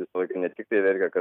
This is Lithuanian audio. visą laiką ne tik tai verkia kad